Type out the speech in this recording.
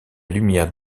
lumière